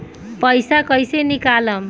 पैसा कैसे निकालम?